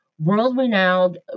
world-renowned